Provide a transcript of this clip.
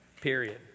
Period